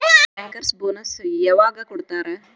Bankers bonus ಯವಾಗ್ ಕೊಡ್ತಾರ?